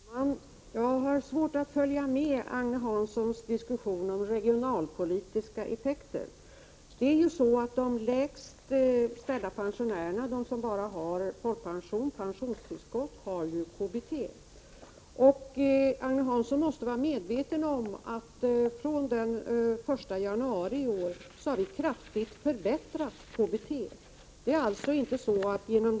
Herr talman! Jag har svårt att följa med i Agne Hanssons diskussion om regionalpolitiska effekter. De sämst ställda pensionärerna, som bara har folkpension och pensionstillskott, har ju KBT. Agne Hansson måste vara medveten om att KBT har förbättrats kraftigt från den 1 januari i år.